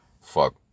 fuck